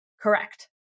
correct